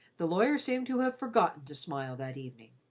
the lawyer seemed to have forgotten to smile that evening.